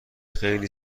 خیلی